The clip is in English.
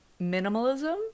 minimalism